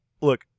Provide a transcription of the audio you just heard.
look